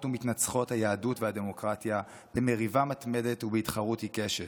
ומתנצחות היהדות והדמוקרטיה במריבה מתמדת ובהתחרות עיקשת,